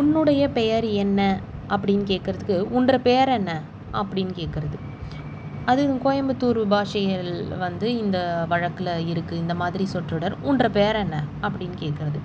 உன்னுடைய பெயர் என்ன அப்படின்னு கேட்கறதுக்கு உன்ற பேர் என்ன அப்படின்னு கேட்கறது அது கோயம்பத்தூர் பாஷையில் வந்து இந்த வழக்கில் இருக்குது இந்த மாதிரி சொற்றொடர் உன்ற பேர் என்ன அப்படின்னு கேட்கறது